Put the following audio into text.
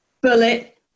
bullet